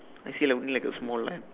I see only like a small line